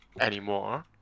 anymore